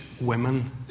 women